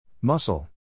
Muscle